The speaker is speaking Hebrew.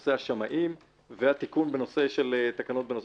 בנושא השמאים והתיקון בנושא תקנות בנושא